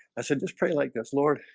i said just pray like this lord,